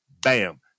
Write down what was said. bam